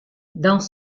dans